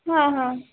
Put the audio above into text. हां हां